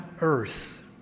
earth